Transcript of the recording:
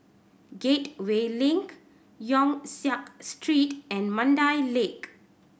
Gateway Link Yong Siak Street and Mandai Lake